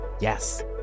Yes